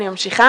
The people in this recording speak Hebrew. אני ממשיכה.